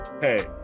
Hey